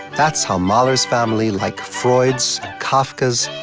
that's how mahler's family, like freud's and kafka's,